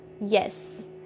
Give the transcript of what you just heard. Yes